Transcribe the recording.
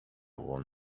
won